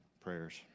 prayers